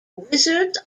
wizards